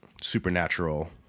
supernatural